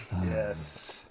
Yes